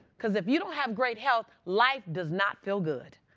because if you don't have great health, life does not feel good.